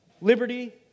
liberty